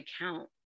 account